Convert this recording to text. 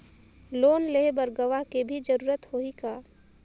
Loan लेहे बर गवाह के भी जरूरत होही का?